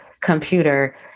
computer